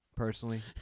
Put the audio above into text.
Personally